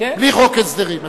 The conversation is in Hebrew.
בלי חוק הסדרים.